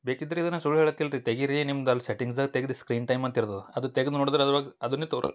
ಬೇಕಿದ್ರ ಇದನ್ನ ಸುಳ್ಳು ಹೇಳತಿಲ್ಲ ರೀ ತೆಗೀರಿ ನಿಮ್ದ ಅಲ್ಲಿ ಸೆಟ್ಟಿಂಗ್ಸ್ದಾಗ ತೆಗ್ದ ಸ್ಕ್ರೀನ್ ಟೈಮ್ ಅಂತ ಇರ್ತದ ಅದು ತೆಗದು ನೋಡಿದ್ರ ಅದ್ರ ಒಳಗ ಅದನ್ನೇ ತೋರ್